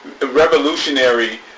revolutionary